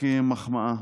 כמחמאה.